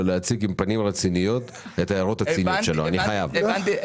להציג את ההערות הציוניות שלו ולעשות זאת בפנים רציניות.